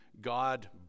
god